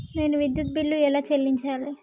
నేను విద్యుత్ బిల్లు ఎలా చెల్లించాలి?